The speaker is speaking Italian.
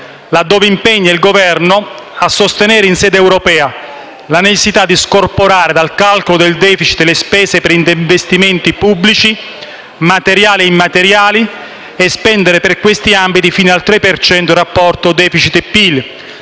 2.35 impegna il Governo a sostenere in sede europea la necessità di scorporare dal calcolo del *deficit* le spese per investimenti pubblici materiali e immateriali e spendere per questi ambiti fino a 3 per cento del rapporto tra *deficit* e PIL.